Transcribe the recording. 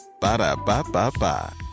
Ba-da-ba-ba-ba